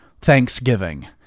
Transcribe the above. Thanksgiving